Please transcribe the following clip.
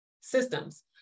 systems